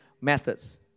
methods